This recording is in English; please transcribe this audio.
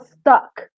stuck